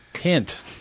Hint